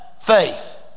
faith